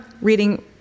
reading